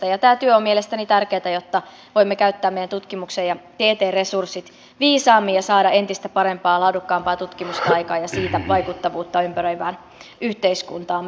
tämä työ on mielestäni tärkeätä jotta voimme käyttää meidän tutkimuksen ja tieteen resurssit viisaammin ja saada entistä parempaa ja laadukkaampaa tutkimusta aikaan ja siitä vaikuttavuutta ympäröivään yhteiskuntaamme